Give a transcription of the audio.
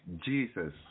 Jesus